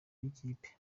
y’ikipe